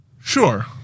Sure